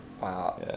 Wow